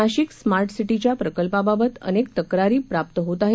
नाशिक स्माधिसिधिया प्रकल्पाबाबत अनेक तक्रारी प्राप्त होत आहे